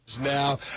now